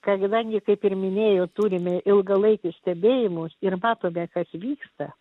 kadangi kaip ir minėjot turime ilgalaikius stebėjimus ir matome kas vyksta